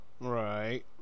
right